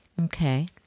Okay